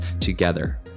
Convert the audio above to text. together